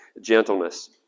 gentleness